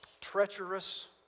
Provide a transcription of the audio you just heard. treacherous